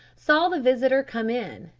saw the visitor come in,